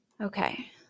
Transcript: Okay